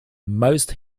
most